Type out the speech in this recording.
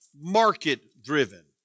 market-driven